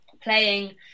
playing